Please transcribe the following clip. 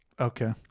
okay